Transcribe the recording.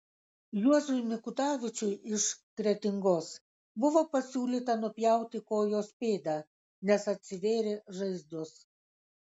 juozui mikutavičiui iš kretingos buvo pasiūlyta nupjauti kojos pėdą nes atsivėrė žaizdos